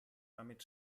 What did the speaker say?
damit